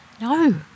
No